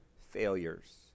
failures